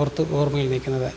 ഓർത്ത് ഓർമ്മയിൽ നിൽക്കുന്നത്